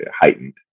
heightened